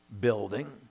building